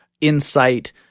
insight